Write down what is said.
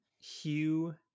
Hugh